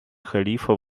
халифа